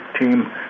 team